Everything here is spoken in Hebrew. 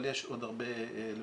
אבל יש עוד הרבה לפנינו.